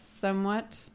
somewhat